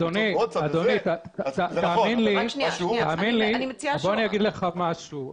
אדוני, מה אני אגיד לך משהו.